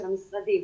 של המשרדים,